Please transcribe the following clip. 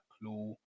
clue